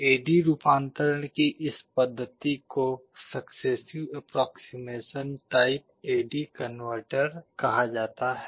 ए D रूपांतरण की इस पद्धति को successive approximation type A D converter successive approximation type AD converter कहा जाता है